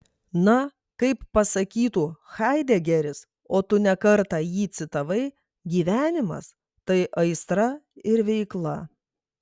na kaip pasakytų haidegeris o tu ne kartą jį citavai gyvenimas tai aistra ir veikla